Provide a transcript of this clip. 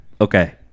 okay